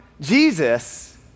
Jesus